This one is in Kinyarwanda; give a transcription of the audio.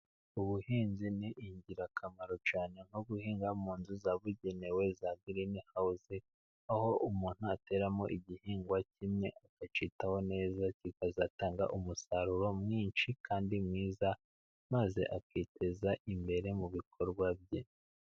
Ubuhinzi ni ingirakamaro cyane, nko guhinga mu nzu zabugenewe za firime hawuze, aho umuntu ateramo igihingwa kimwe akacyitaho neza, kikazatanga umusaruro mwinshi kandi mwiza, maze akiteza imbere mu bikorwa bye.